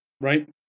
Right